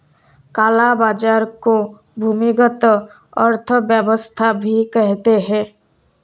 काला बाजार को भूमिगत अर्थव्यवस्था भी कहते हैं